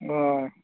ꯑꯣ